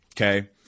Okay